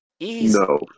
No